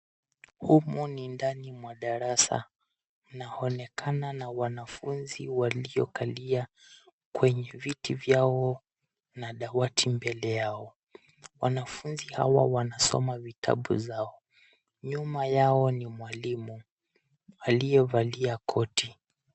Humu ni ndani mwa darasa, inaonekana na wanafunzi waliokalia kwenye viti vyao na dawati mbele yao. Wanafunzi hawa wanasoma vitabu vyao, nyuma yao ni mwalimu aliyevalia koti.